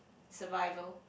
survival